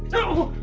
ohhh.